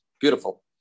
beautiful